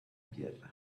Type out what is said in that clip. birra